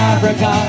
Africa